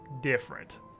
different